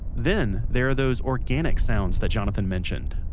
then there are those organic sounds that jonathan mentioned